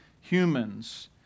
humans